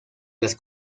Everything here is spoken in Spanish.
las